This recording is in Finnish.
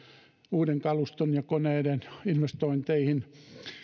uuden kaluston ja koneiden investointeihin